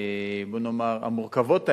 בוא נאמר, המורכבות האלה,